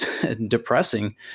depressing